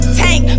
tank